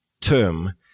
term